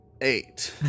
eight